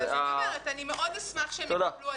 מאוד אשמח שהם יקבלו עדיפות.